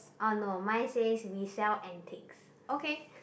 okay